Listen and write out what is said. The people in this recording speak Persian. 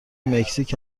مکزیک